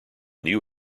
new